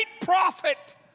prophet